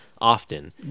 often